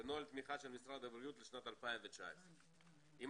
זה נוהל תמיכה של משרד הבריאות לשנת 2019. אם